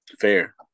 Fair